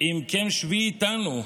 אם כן, שבי איתנו,